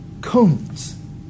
comes